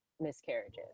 miscarriages